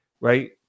right